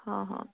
ହଁ ହଁ